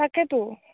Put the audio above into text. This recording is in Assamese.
তাকেতো